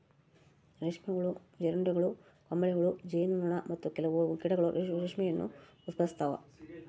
ರೇಷ್ಮೆ ಹುಳು, ಜೀರುಂಡೆಗಳು, ಕಂಬಳಿಹುಳು, ಜೇನು ನೊಣ, ಮತ್ತು ಕೆಲವು ಕೀಟಗಳು ರೇಷ್ಮೆಯನ್ನು ಉತ್ಪಾದಿಸ್ತವ